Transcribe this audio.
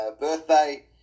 birthday